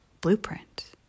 blueprint